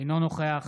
אינו נוכח